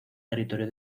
territorio